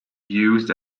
used